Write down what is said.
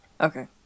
Okay